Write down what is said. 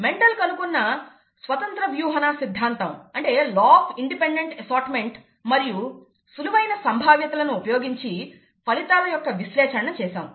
Mendel కనుగొన్న స్వతంత్ర వ్యూహన సిద్ధాంతాన్ని మరియు సులువైన సంభావ్యతలను ఉపయోగించి ఫలితాల యొక్క విశ్లేషణను చేసాము